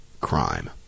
Crime